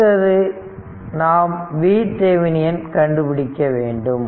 அடுத்து நாம் VThevenin ஐ கண்டுபிடிக்க வேண்டும்